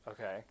Okay